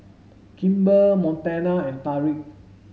Kimber Montana and Tariq